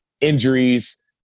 injuries